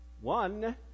One